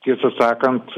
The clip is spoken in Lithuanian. tiesą sakant